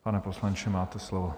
Pane poslanče, máte slovo.